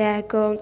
दऽ कऽ